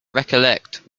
recollect